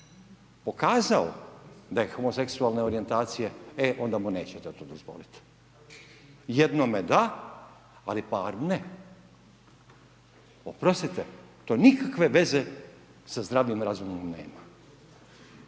pokazao da je homoseksualne orijentacije, e onda mu nećete to dozvoliti. Jednome da, ali par ne. Oprostite to nikakve veze sa zdravim razumom nema.